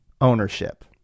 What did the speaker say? Ownership